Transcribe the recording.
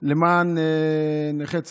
למען נכי צה"ל.